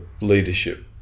leadership